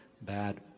bad